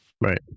Right